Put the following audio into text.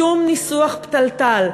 בשום ניסוח פתלתל,